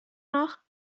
noch